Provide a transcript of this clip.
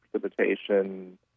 precipitation